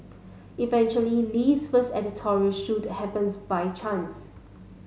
eventually Lee's first editorial shoot happens by chance